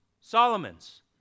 Solomon's